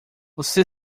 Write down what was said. você